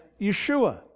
yeshua